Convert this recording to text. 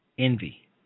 Envy